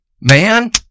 man